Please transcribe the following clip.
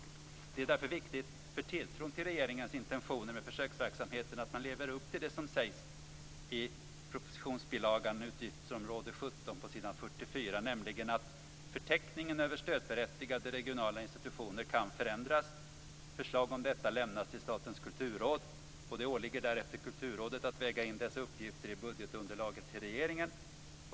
Det är därför viktigt för tilltron till regeringens intentioner med försöksverksamheten att man lever upp till det som sägs i propositionsbilagan under utgiftsområde 17 på s. 44, nämligen att "förteckningen över stödberättigade regionala institutioner kan förändras. Förslag om detta lämnas till Statens kulturråd och det åligger därefter Kulturrådet att väga in dessa uppgifter i budgetunderlaget till regeringen.